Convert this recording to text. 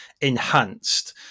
enhanced